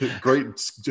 Great